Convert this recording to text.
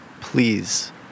Please